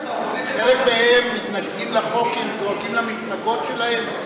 חלק מהם מתנגדים לחוק כי הם דואגים למפלגות שלהם,